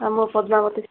ହଁ ମୁଁ ପଦ୍ମାବତୀ